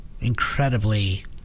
incredibly